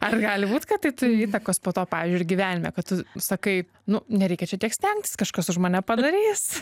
ar gali būt kad tai turi įtakos po to pavyzdžiui ir gyvenime kad tu sakai nu nereikia čia tiek stengtis kažkas už mane padarys